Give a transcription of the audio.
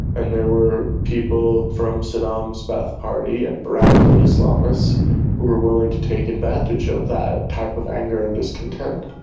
and there were people from saddam's ba'ath party and radical islamists who were willing to take advantage of that type of anger and discontent.